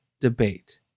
debate